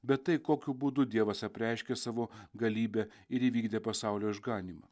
bet tai kokiu būdu dievas apreiškė savo galybę ir įvykdė pasaulio išganymą